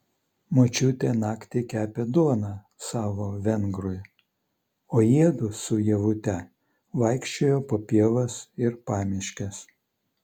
močiutė naktį kepė duoną savo vengrui o jiedu su ievute vaikščiojo po pievas ir pamiškes